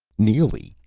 neely,